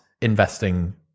investing